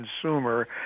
consumer